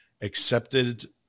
accepted